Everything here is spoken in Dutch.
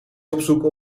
opzoeken